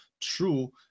true